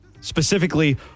Specifically